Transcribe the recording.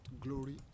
glory